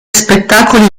spettacoli